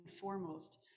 foremost